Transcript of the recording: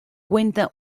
cuenta